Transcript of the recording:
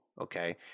Okay